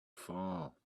far